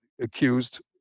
accused